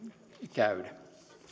käydä